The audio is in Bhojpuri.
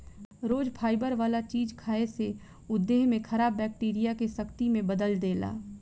रोज फाइबर वाला चीज खाए से उ देह में खराब बैक्टीरिया के शक्ति में बदल देला